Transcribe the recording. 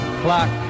clock